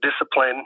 discipline